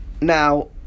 now